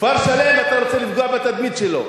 כפר שלם, אתה רוצה לפגוע בתדמית שלו.